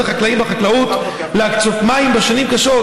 חלקים בחקלאות להקצות מים בשנים קשות,